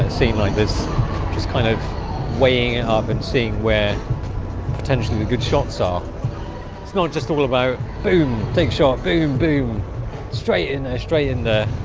it seemed like this just kind of weighing it up and seeing where potentially the good shots are it's not just all about boom. take shot boom boom straight in there straight in there